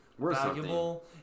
valuable